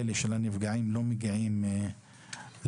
שמות הנפגעים אפילו לא מגיעים לתקשורת.